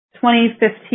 2015